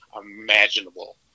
imaginable